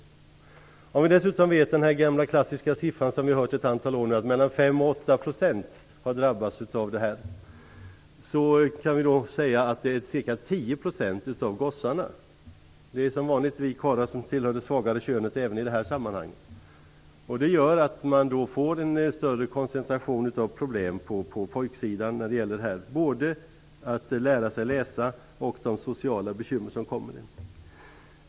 Om vi dessutom vet att mellan 5 och 8 % har drabbats av dyslexi - det är den gamla klassiska siffran som vi har hört ett antal år - kan vi säga att det är ca 10 % av gossarna. Det är som vanligt vi karlar som tillhör det svagare könet även i det här sammanhanget. Det gör att man får en större koncentration av problem på pojksidan när det gäller både att lära sig läsa och de sociala bekymmer som följer.